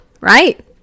right